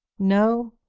no,